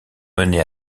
mener